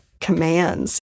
commands